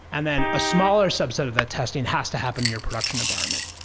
and then a smaller subset of that testing has to happen in your production environment.